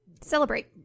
celebrate